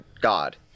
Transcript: God